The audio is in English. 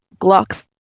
Glocks